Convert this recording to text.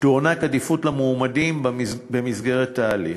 תוענק עדיפות למועמדים במסגרת ההליך.